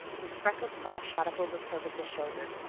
his freckled paw shot up over purvis's shoulder,